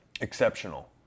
exceptional